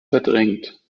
verdrängt